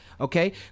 Okay